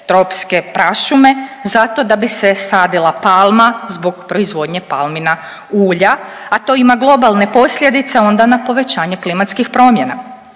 tropske prašume zato da bi se sadila palma zbog proizvodnje palmina ulja, a to ima globalne posljedice onda na povećanje klimatskih promjena.